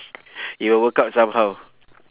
it will work out somehow